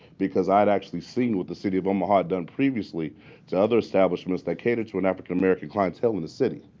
because i had actually seen what the city of omaha had done previously to other establishments that cater to an african-american clientele in the city.